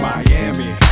Miami